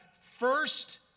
first